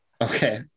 Okay